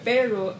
Pero